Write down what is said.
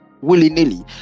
willy-nilly